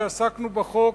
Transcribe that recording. כשעסקנו בחוק,